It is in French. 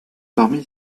parmi